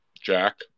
Jack